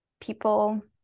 people